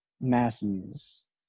matthews